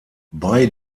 bei